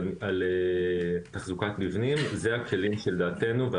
על תחזוקת מבנים אלה הכלים שלדעתנו צריך לקדם,